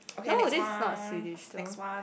no this is not Swedish though